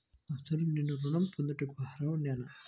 అసలు నేను ఋణం పొందుటకు అర్హుడనేన?